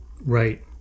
right